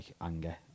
anger